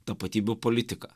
tapatybių politiką